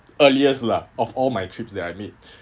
earliest lah of all my trips that I made